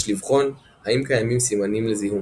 יש לבחון האם קיימים סימנים לזיהום.